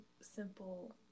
simple